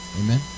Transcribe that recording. Amen